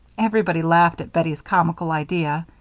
everybody laughed at bettie's comical idea.